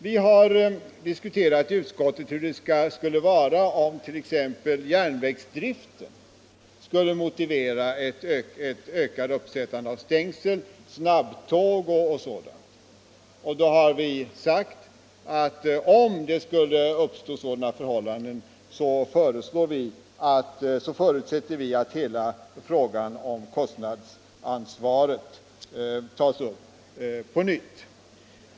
Vi har diskuterat i utskottet hur det skulle vara om järnvägsdriften motiverade ett ökat uppsättande av stängsel — vi har tänkt på snabbtåg osv. — och vi har då sagt att om det skulle uppstå sådana förhållanden förutsätter vi att frågan om kostnadsansvaret tas upp på nytt.